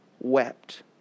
wept